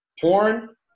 porn